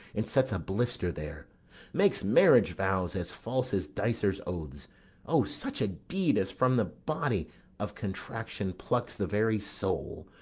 and sets a blister there makes marriage-vows as false as dicers' oaths o, such a deed as from the body of contraction plucks the very soul,